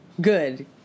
Good